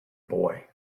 boy